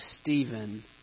Stephen